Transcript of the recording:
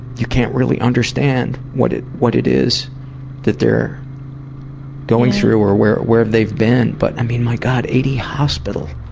you can't really understand what it what it is that they're going through or where where they've been. but i mean, my god, eighty hospital